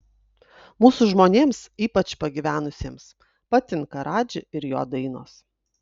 mūsų žmonėms ypač pagyvenusiems patinka radži ir jo dainos